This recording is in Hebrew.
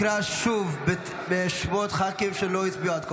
קרא שוב בשמות ח"כים שלא הצביעו עד כה.